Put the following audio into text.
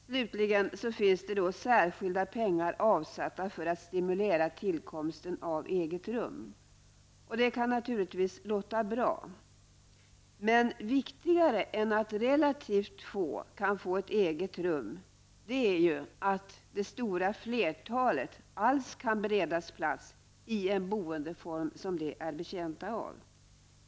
Slutligen finns särskilda pengar avsatta för att stimulera tillkomsten av en rätt till eget rum. Det kan naturligtvis låta bra. Men viktigare än att relativt få kan få ett eget rum är att det stora flertalet kan beredas plats i en boendeform som de är betjänta av.